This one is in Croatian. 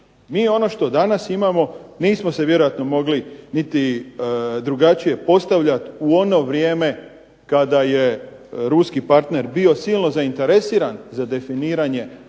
Mi ono što danas imamo nismo se vjerojatno mogli niti drugačije postavljati u ono vrijeme kada je ruski partner bio silno zainteresiran za definiranje